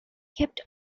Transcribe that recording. kept